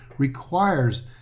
requires